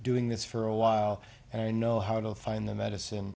doing this for a while and i know how to find the medicine